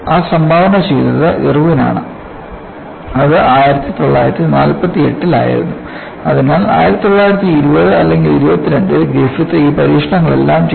ആ സംഭാവന ചെയ്തത് ഇർവിൻ ആണ് അത് 1948 ൽ ആയിരുന്നു അതിനാൽ 1920 അല്ലെങ്കിൽ 22 ൽ ഗ്രിഫിത്ത് ഈ പരീക്ഷണങ്ങളെല്ലാം ചെയ്തു